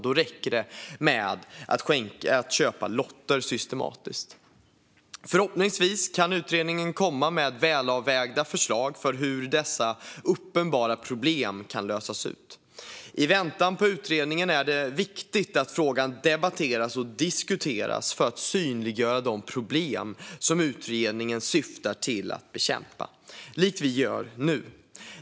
Då räcker det att systematiskt köpa lotter. Förhoppningsvis kan utredningen komma med välavvägda förslag på hur dessa uppenbara problem kan lösas. I väntan på utredningen är det viktigt att frågan debatteras och diskuteras för att synliggöra de problem som utredningen syftar till att bekämpa, likt vi gör nu.